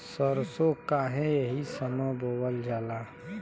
सरसो काहे एही समय बोवल जाला?